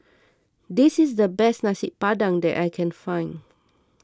this is the best Nasi Padang that I can find